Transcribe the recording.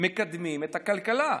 מקדמים את הכלכלה.